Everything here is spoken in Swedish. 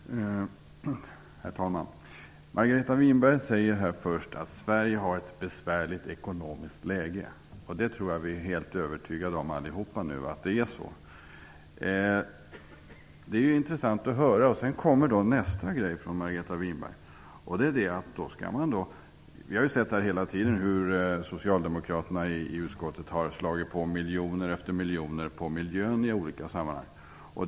Herr talman! Margareta Winberg säger först att Sverige har ett besvärligt ekonomiskt läge. Jag tror att vi är helt övertygade allihop om att det är så. Det är intressant att höra med tanke på att vi hela tiden har sett hur socialdemokraterna i utskottet har lagt miljoner efter miljoner på miljön i olika sammanhang.